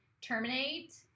terminate